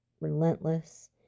relentless